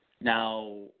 Now